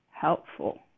helpful